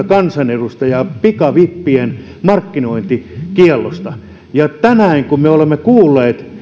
kansanedustajan allekirjoittaman aloitteen pikavippien markkinointikiellosta ja kun me tänään olemme kuulleet